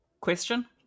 question